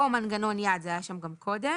או מנגנון יד, זה היה שם גם קודם.